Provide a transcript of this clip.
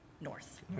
North